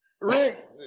Rick